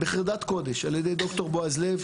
ובחרדת קודש על-ידי ד"ר בועז לב,